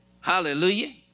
Hallelujah